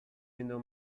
window